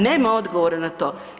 Nema odgovora na to.